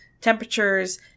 temperatures